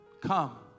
come